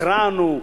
התרענו,